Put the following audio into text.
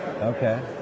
Okay